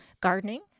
gardening